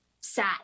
sad